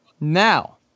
now